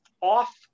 off